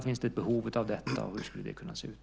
Finns det ett behov av detta och hur skulle det kunna se ut?